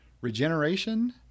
Regeneration